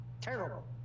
terrible